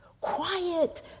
quiet